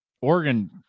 Oregon